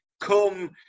come